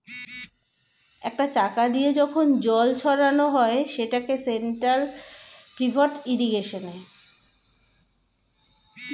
একটা চাকা দিয়ে যখন জল ছড়ানো হয় সেটাকে সেন্ট্রাল পিভট ইর্রিগেশনে